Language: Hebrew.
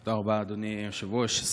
תודה רבה, אדוני היושב-ראש.